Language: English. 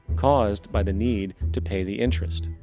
caused by the need to pay the interest.